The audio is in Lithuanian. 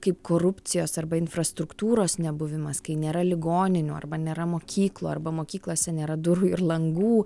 kaip korupcijos arba infrastruktūros nebuvimas kai nėra ligoninių arba nėra mokyklų arba mokyklose nėra durų ir langų